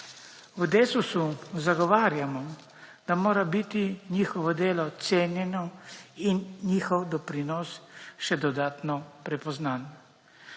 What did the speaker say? V Desusu zagovarjamo, da mora biti njihovo delo cenjeno in njihov doprinos še dodatno prepoznan.